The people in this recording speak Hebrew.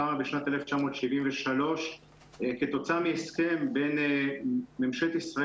קמה בשנת 1973 כתוצאה מהסכם בין ממשלת ישראל